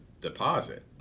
deposit